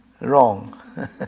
wrong